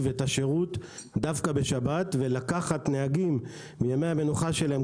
את השירות דווקא בשבת ולקחת נהגים מימי המנוחה שלהם,